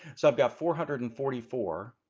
so i've got four hundred and forty four